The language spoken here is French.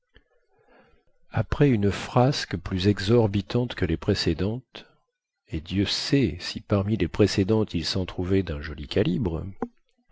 après une frasque plus exorbitante que les précédentes et dieu sait si parmi les précédentes il sen trouvait dun joli calibre